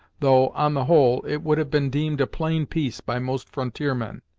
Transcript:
though, on the whole, it would have been deemed a plain piece by most frontier men,